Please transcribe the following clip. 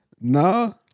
No